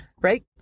Right